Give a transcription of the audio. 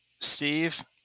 Steve